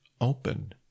open